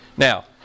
Now